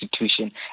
institution